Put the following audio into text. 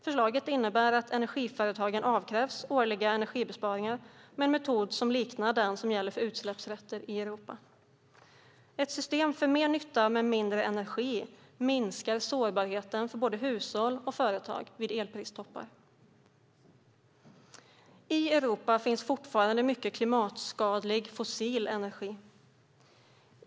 Förslaget innebär att energiföretagen avkrävs årliga energibesparingar med en metod som liknar den som gäller för utsläppsrätter i Europa. Ett system för mer nytta med mindre energi minskar sårbarheten för både hushåll och företag vid elpristoppar. I Europa finns fortfarande mycket klimatskadlig fossil energi.